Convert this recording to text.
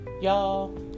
y'all